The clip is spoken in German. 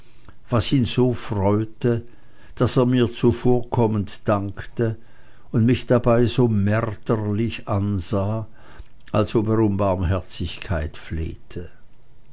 was ihn so freute daß er mir zuvorkommend dankte und mich dabei so märterlich ansah als ob er um barmherzigkeit flehte